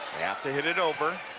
have to hit it over